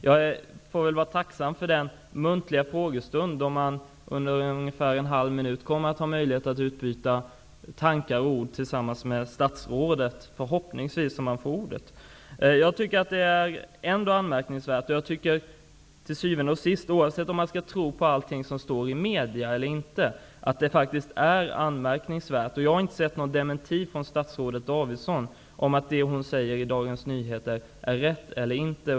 Jag får väl vara tacksam för den muntliga frågestunden då jag förhoppningsvis under ungefär en halv minut kommer att ha möjlighet ett utbyta tankar och ord med statsrådet, om jag får ordet. Till syvende och sist är det faktiskt anmärkningsvärt, oavsett om man skall tro allt som står i medierna eller inte. Jag har inte sett någon dementi från statsrådet Davidson om att det hon säger i Dagens Nyheter är fel.